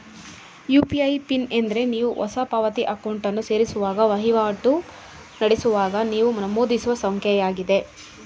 UPI PIN ಎಂದ್ರೆ ನೀವು ಹೊಸ ಪಾವತಿ ಅಕೌಂಟನ್ನು ಸೇರಿಸುವಾಗ ವಹಿವಾಟು ನಡೆಸುವಾಗ ನೀವು ನಮೂದಿಸುವ ಸಂಖ್ಯೆಯಾಗಿದೆ